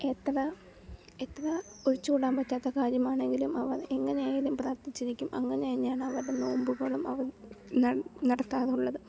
എത്ര എത്ര ഒഴിച്ചുകൂടാൻ പറ്റാത്ത കാര്യമാണെങ്കിലും അവർ എങ്ങനെയായാലും പ്രാർത്ഥിച്ചിരിക്കും അങ്ങനെത്തന്നെയാണ് അവരുടെ നോമ്പുകളും അവർ നടത്താറുള്ളത്